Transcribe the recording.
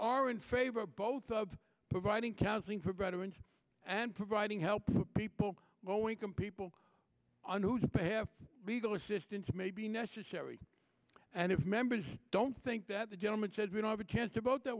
are in favor both of providing counseling for veterans and providing help people well we compete on whose behalf legal assistance may be necessary and if members don't think that the gentleman said we don't have a chance to vote that